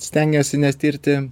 stengiasi netirti